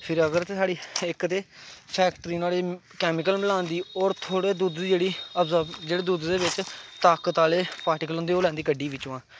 फिर अगर ते इक ते फैक्टरी नोहाड़े च कैमिकल मलांदी होर थोह्ड़े दुद्ध दे जेह्ड़े मतलब जेह्ड़े दुद्ध दे बिच्च ताकत आहले पार्टिकल होंदे ओह् लैंदी कड्ढी बिच्चुआं